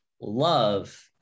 love